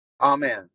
amen